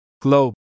Globe